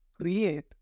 create